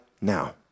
now